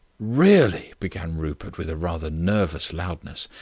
really, began rupert, with a rather nervous loudness,